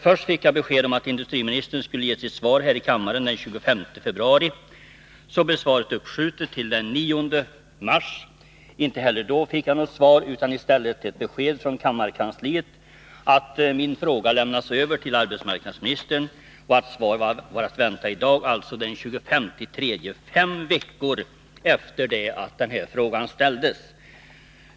Först fick jag besked om att industriministern skulle ge sitt svar här i kammaren den 25 februari. Så blev svaret uppskjutet till den 9 mars. Inte heller då fick jag något svar, utan i stället ett besked från kammarkansliet att min fråga hade lämnats över till arbetsmarknadsministern och att svar var att vänta i dag, den 25 mars — fem veckor efter det att frågan ställdes.